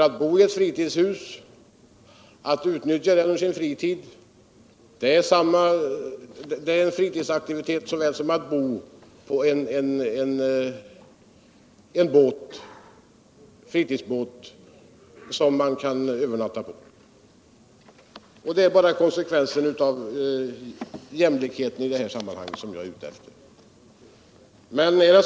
At bo i eu fritidshus och att utnyttja det under sin fritid innebär en fritidsaktivitet som att övernatta i en fritidsbåt. Det är konsekvensen av jämlikheten i detta sammanhang som jag är ute efter.